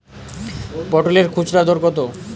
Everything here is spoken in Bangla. পটলের খুচরা দর কত?